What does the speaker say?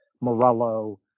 Morello